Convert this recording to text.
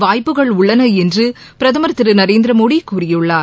வாய்ப்புகள் உள்ளன என்று பிரதமர் திரு நரேந்திர மோடி கூறியுள்ளார்